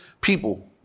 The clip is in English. people